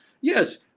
Yes